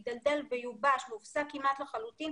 הוא הידלדל ויובש והופסק כמעט לחלוטין